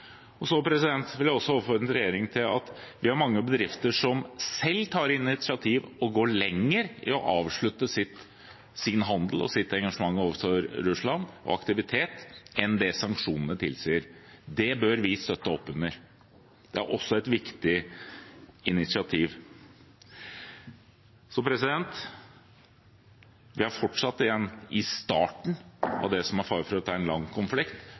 vil også oppfordre regjeringen: Vi har mange bedrifter som selv tar initiativ og går lenger i å avslutte sin handel, sitt engasjement og sin aktivitet overfor Russland enn det sanksjonene tilsier. Det bør vi støtte opp under. Det er også et viktig initiativ. Vi er fortsatt i starten av det som det er fare for at er en lang konflikt,